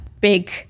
big